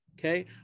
okay